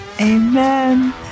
Amen